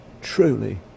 truly